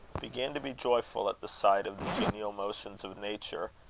began to be joyful at the sight of the genial motions of nature,